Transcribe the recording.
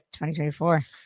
2024